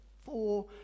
Four